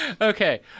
Okay